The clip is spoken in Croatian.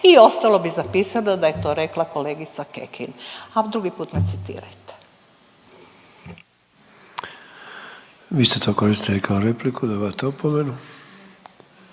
i ostalo bi zapisano da je to rekla kolegica Kekin. Ali drugi put me citirajte! **Sanader, Ante (HDZ)** Vi ste to koristili kao repliku, dobivate opomenu.